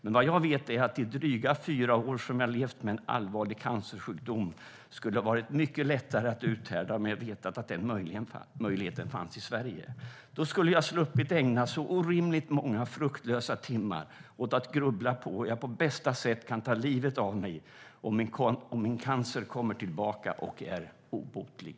Men vad jag vet är att de dryga fyra år som jag levt med en allvarlig cancersjukdom skulle ha varit mycket lättare att uthärda om jag vetat att den möjligheten fanns i Sverige. Då skulle jag ha sluppit ägna så orimligt många fruktlösa timmar åt att grubbla på hur jag på bästa sätt kan ta livet av mig om min cancer kommer tillbaka och är obotlig."